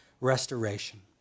restoration